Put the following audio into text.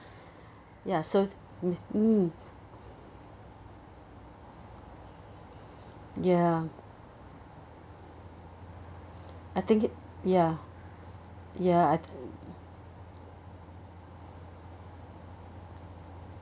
ya so mm ya I think it ya ya